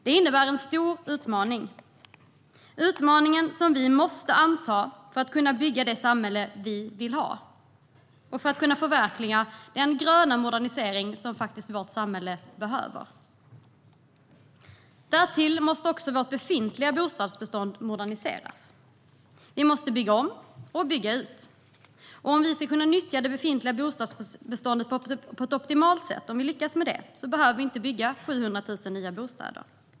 Det innebär en stor utmaning, en utmaning som vi måste anta för att kunna bygga det samhälle vi vill ha och för att kunna förverkliga den gröna modernisering som vårt samhälle faktiskt behöver. Därtill måste vårt befintliga bostadsbestånd moderniseras. Vi måste bygga om och bygga ut. Om vi lyckas nyttja det befintliga bostadsbeståndet på ett optimalt sätt behöver vi inte bygga 700 000 nya bostäder.